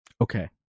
Okay